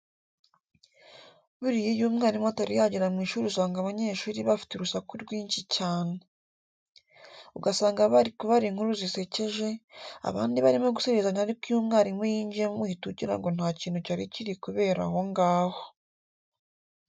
Buriya iyo umwarimu atari yagera mu ishuri usanga banyeshuri bafite urusaku rwinshi cyane. Ugasanga bari kubara inkuru zisekeje, abandi barimo gusererezanya ariko iyo mwarimu yinjiyemo uhita ugira ngo nta kintu cyari kiri kubera aho ngaho.